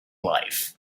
life